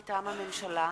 מטעם הממשלה: